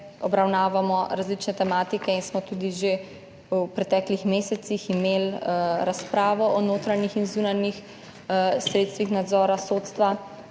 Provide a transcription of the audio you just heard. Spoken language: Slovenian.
obravnavamo različne tematike in smo tudi že v preteklih mesecih imeli razpravo o notranjih in zunanjih sredstvih nadzora sodstva.